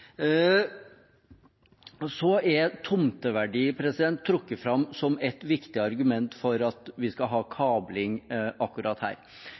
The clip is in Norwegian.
Tomteverdi er trukket fram som et viktig argument for at vi skal ha kabling akkurat her.